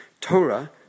Torah